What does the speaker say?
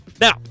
Now